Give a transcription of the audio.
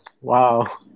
Wow